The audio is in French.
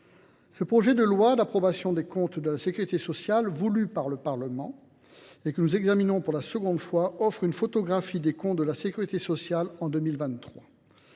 Ce projet de loi d’approbation des comptes de la sécurité sociale, voulu par le Parlement, et que nous examinons pour la deuxième fois, offre une photographie des comptes de la sécurité sociale en 2023.